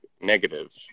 negative